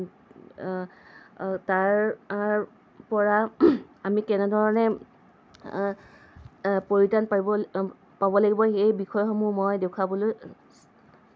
তাৰ পৰা আমি কেনেধৰণে পৰিত্ৰাণ পাব লাগিব এই বিষয়সমূহ মই দেখুৱাবলৈ